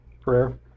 prayer